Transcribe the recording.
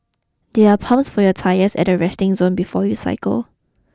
there are pumps for your tyres at the resting zone before you cycle